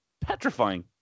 petrifying